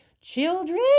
children